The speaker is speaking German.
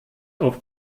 auf